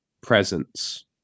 presence